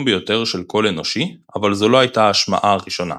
ביותר של קול אנושי אבל זו לא הייתה ההשמעה הראשונה,